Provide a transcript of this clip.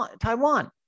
Taiwan